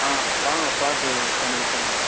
ஆ வாங்க பார்த்து பண்ணி கொடுத்துட்லாம்